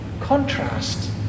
contrast